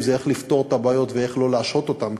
זה איך לפתור את הבעיות ואיך לא להשהות אותן,